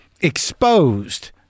exposed